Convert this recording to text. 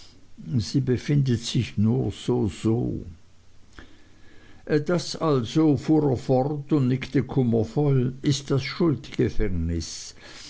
sie befindet sich nur soso das also fuhr er fort und nickte kummervoll ist das